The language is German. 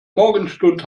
morgenstund